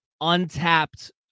untapped